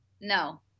No